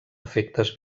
efectes